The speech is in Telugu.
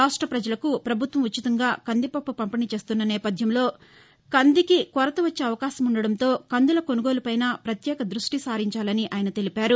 రాష్ట ప్రపజలకు ప్రభుత్వం ఉచితంగా కందిపప్పు పంపిణీ చేస్తున్న నేపథ్యంలో కందికీ కొరత వచ్చే అవకాశం ఉండటంతో కందుల కొనుగోలుపైనా ప్రత్యేకంగా దృష్టి సారించాలని ఆయన తెలిపారు